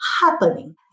happening